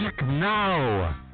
now